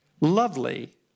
lovely